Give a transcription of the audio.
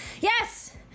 Yes